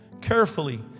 Carefully